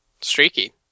streaky